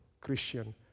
Christian